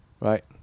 Right